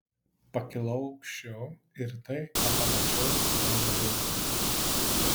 pakilau aukščiau ir tai ką pamačiau man labai nepatiko